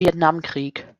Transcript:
vietnamkrieg